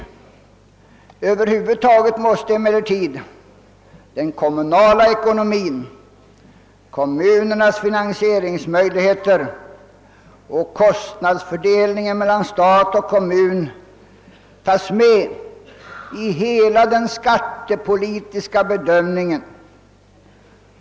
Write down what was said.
Över huvud taget måste emellertid den kommunala ekonomin, kommunernas finansieringsmöjligheter och kostnadsfördelningen mellan stat och kommun tas med i hela den skattepolitiska bedömningen.